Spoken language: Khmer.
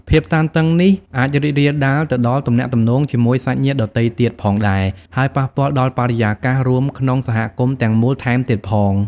ភាពតានតឹងនេះអាចរីករាលដាលទៅដល់ទំនាក់ទំនងជាមួយសាច់ញាតិដទៃទៀតផងដែរ ហើយប៉ះពាល់ដល់បរិយាកាសរួមក្នុងសហគមន៍ទាំងមូលថែមទៀតផង។